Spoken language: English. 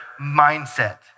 mindset